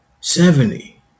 Seventy